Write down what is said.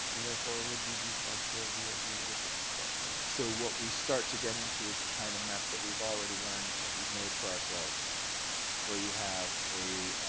and therefore would be the responsibility of the individual property owner. so what we start to get into is the kind of mess that we've already learned that we've made for ourselves where you have a